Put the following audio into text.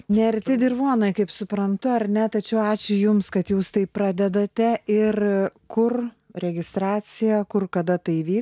nearti dirvonai kaip suprantu ar ne tačiau ačiū jums kad jūs taip pradedate ir kur registracija kur kada tai